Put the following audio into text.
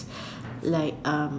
like um